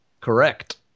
Correct